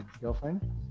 girlfriend